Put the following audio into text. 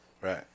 Right